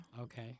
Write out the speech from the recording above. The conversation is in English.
Okay